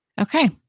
Okay